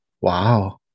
Wow